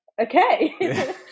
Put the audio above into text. okay